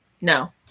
No